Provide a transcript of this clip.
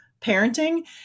parenting